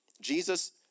Jesus